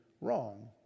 wrong